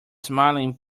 smiling